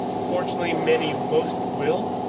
fortunately many most will,